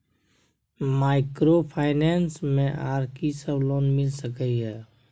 Microfinance मे आर की सब लोन मिल सके ये?